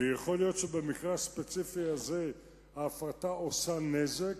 ויכול להיות שבמקרה הספציפי הזה, ההפרטה עושה נזק.